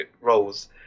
roles